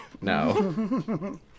no